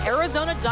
Arizona